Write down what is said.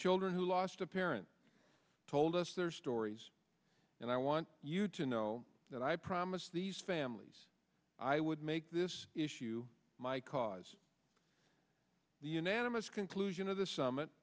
children who lost a parent told us their stories and i want you to know that i promised these families i would make this issue my cause the unanimous conclusion of the summit